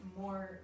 more